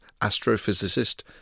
astrophysicist